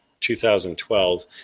2012